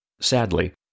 Sadly